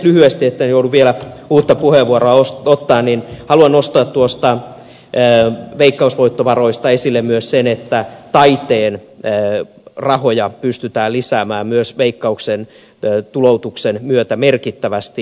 lyhyesti etten joudu vielä uutta puheenvuoroa ottamaan haluan nostaa veikkausvoittovaroista esille myös sen että taiteen rahoja pystytään lisäämään myös veikkauksen tuloutuksen myötä merkittävästi